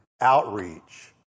outreach